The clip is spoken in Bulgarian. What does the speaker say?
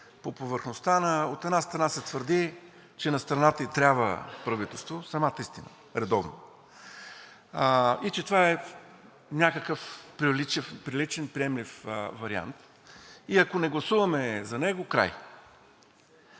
по повърхността на, от една страна, се твърди, че на страната ѝ трябва правителство – самата истина, редовно, и че това е някакъв приличен, приемлив вариант, и ако не гласуваме за него – край.